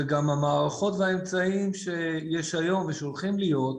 וגם המערכות והאמצעים שיש היום ושהולכים להיות,